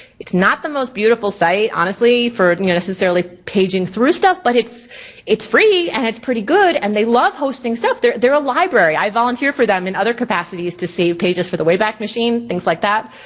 it's not the most beautiful site, honestly, for necessarily paging through stuff, but it's it's free and it's pretty good. and they love hosting stuff, they're they're a library. i volunteer for them in other capacities to save pages for the wayback machine, things like that.